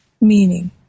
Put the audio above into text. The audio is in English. meaning